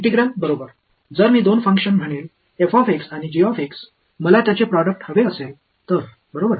integral बरोबर जर मी दोन फंक्शन्स म्हणेन आणि मला त्यांचे प्रोडक्ट हवे असेल तर बरोबर